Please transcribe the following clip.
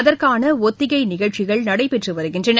அதற்கானஒத்திகைநிகழ்ச்சிகள் நடைபெற்றுவருகின்றன